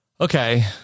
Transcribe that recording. Okay